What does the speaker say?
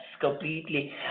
completely